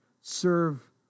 Serve